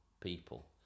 people